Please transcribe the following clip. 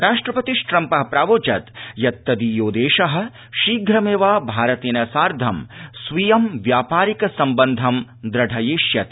राष्ट्रपतिष्ट्रम्प प्रावोचत् यत्तदीयो देश शीघ्रमेव भारतेन सार्धं स्वीयं व्यापारिक सम्बन्धं द्रढयिष्यति